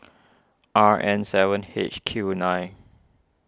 R N seven H Q nine